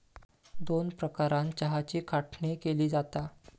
दोन प्रकारानं चहाची काढणी केली जाता